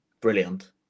Brilliant